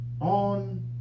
on